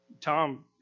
Tom